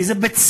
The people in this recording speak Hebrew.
כי זה צודק,